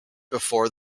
before